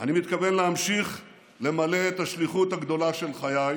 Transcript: אני מתכוון להמשיך למלא את השליחות הגדולה של חיי: